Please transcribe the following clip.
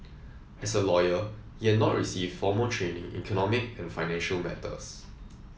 as a lawyer he had not received formal training in economic and financial matters